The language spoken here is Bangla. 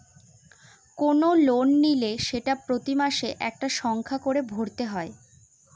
কোনো লোন নিলে সেটা প্রতি মাসে একটা সংখ্যা করে ভরতে হয়